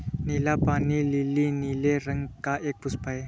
नीला पानी लीली नीले रंग का एक पुष्प है